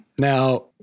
Now